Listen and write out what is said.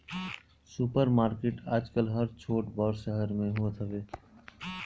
super market आजकल हर छोट बड़ शहर में होत हवे